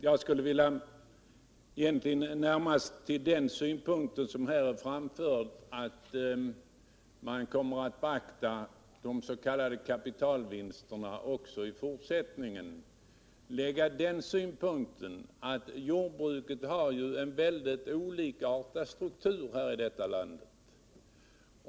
Jag vill istället anknyta till den synpunkt som här framfördes av Svante Lundkvist att man kommer att beakta de s.k. kapitalvinsterna också i fortsättningen. Jordbruket har ju en mycket olikartad struktur i detta land.